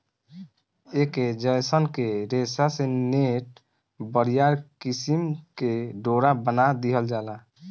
ऐके जयसन के रेशा से नेट, बरियार किसिम के डोरा बना दिहल जाला